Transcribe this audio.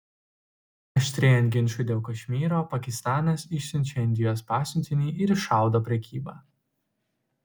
aštrėjant ginčui dėl kašmyro pakistanas išsiunčia indijos pasiuntinį ir įšaldo prekybą